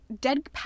Dead